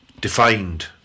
defined